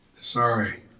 Sorry